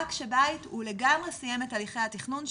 רק כשבית הוא לגמרי סיים את הליכי התכנון שלו,